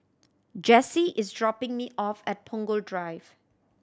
Jesse is dropping me off at Punggol Drive